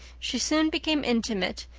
she soon became intimate,